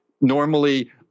normally